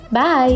Bye